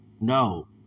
no